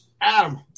Adam